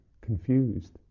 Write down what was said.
confused